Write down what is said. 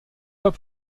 pas